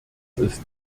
ist